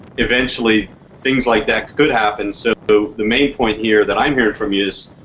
eventually things like that could happen. so, the main point here that i'm hearing from you is,